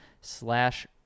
slash